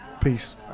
peace